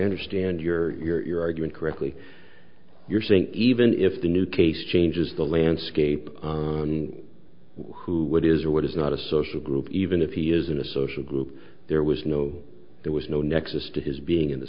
understand your your argument correctly you're saying even if the new case changes the landscape who would is or what is not a social group even if he is in a social group there was no there was no nexus to his being in the